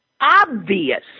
obvious